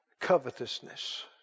covetousness